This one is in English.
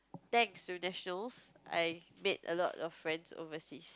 thanks to Nationals I made a lot of friends overseas